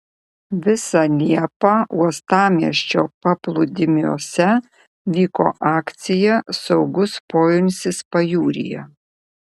visą liepą uostamiesčio paplūdimiuose vyko akcija saugus poilsis pajūryje